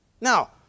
Now